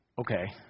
okay